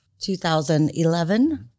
2011